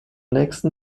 nächsten